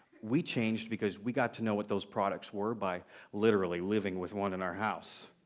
we changed because we got to know what those products were by literally living with one in our house.